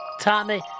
Tommy